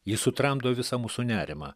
ji sutramdo visą mūsų nerimą